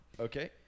Okay